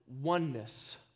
oneness